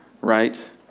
right